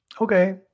Okay